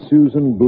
Susan